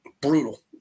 Brutal